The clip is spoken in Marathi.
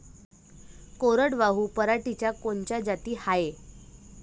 कोरडवाहू पराटीच्या कोनच्या जाती हाये?